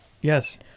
Yes